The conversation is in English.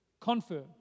confirm